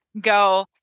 go